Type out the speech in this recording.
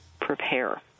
prepare